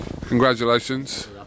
congratulations